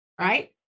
right